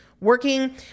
working